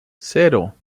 cero